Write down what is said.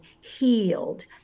healed